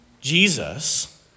Jesus